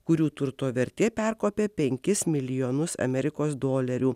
kurių turto vertė perkopė penkis milijonus amerikos dolerių